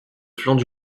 flancs